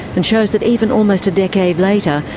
and shows that even almost a decade later,